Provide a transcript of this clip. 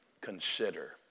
consider